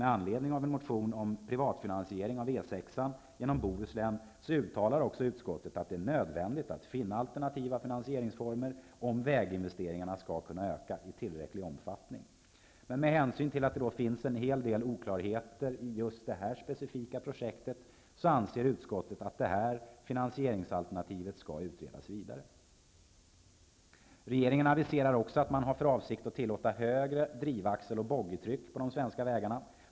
Med anledning av en motion om privat finansiering av E 6:an genom Bohuslän uttalar utskottet att det är nödvändigt att finna alternativa finansieringsformer om väginvesteringarna skall kunna öka i tillräcklig omfattning. Med hänsyn till att det finns en hel del oklarheter i detta specifika projekt anser utskottet att detta finansieringsalternativ bör utredas vidare. Regeringen aviserar att man har för avsikt att tillåta högre drivaxel och boggietryck på de svenska vägarna.